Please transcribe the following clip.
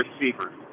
receiver